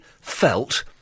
felt